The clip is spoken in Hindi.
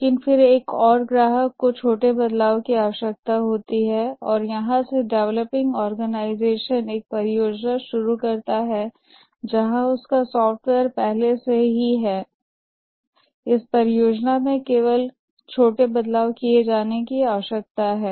लेकिन फिर एक और ग्राहक को छोटे बदलाव की आवश्यकता होती है और यहां से डेवलपिंग ऑर्गेनाइजेशन एक परियोजना शुरू करता है जहां उसका सॉफ्टवेयर पहले से ही है इस परियोजना में केवल छोटे बदलाव किए जाने की आवश्यकता है